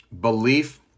belief